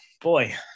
boy